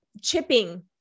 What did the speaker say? chipping